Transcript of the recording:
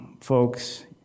folks